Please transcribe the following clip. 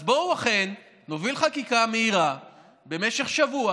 אז בואו אכן נוביל חקיקה מהירה במשך שבוע